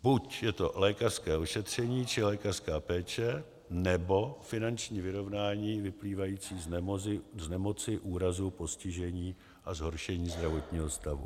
Buď je to lékařské ošetření či lékařská péče, nebo finanční vyrovnání vyplývající z nemoci, úrazu, postižení a zhoršení zdravotního stavu.